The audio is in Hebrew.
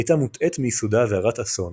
הייתה מוטעית מיסודה והרת אסון